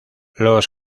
los